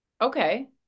Okay